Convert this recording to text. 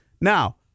Now